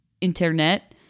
internet